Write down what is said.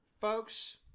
Folks